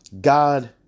God